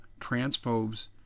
transphobes